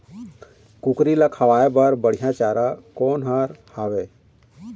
कुकरी ला खवाए बर बढीया चारा कोन हर हावे?